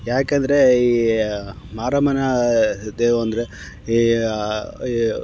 ಯಾಕೆಂದ್ರೆ ಈ ಮಾರಮ್ಮನ ದೇವ ಅಂದರೆ ಈ ಈ